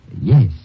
yes